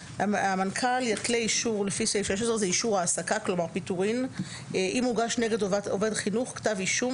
"מנהל הכללי יתלה אישור לפי סעיף 16 אם הוגש נגד עובד חינוך כתב אישום